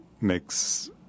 makes